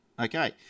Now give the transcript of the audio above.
Okay